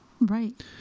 Right